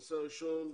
הנושא הראשון,